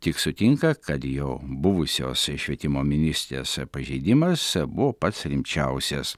tik sutinka kad jo buvusios švietimo ministrės pažeidimas buvo pats rimčiausias